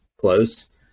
close